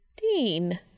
Dean